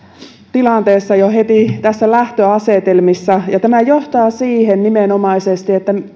tilanteessa jo heti lähtöasetelmissa tämä johtaa nimenomaisesti siihen että